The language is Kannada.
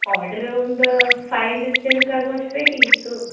ಆರ್ಡ್ರು ಒಂದು ಫೈ ಅಂಡ್ರೆಡ್ ಜನಕ್ಕೆ ಆಗೋಷ್ಟು ಬೇಕಾಗಿತ್ತು